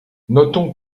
notons